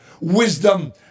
wisdom